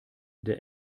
der